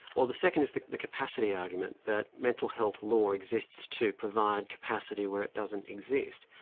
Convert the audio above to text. or the second is the the capacity argument, that mental health law exists to provide capacity where it doesn't exist.